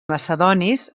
macedonis